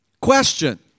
Question